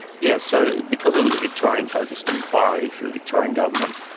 yes, so because it was a victorian focused inquiry for the victorian government,